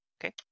Okay